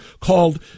called